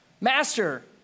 Master